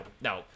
no